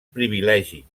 privilegi